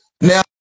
now